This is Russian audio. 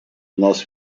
нас